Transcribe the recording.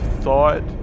thought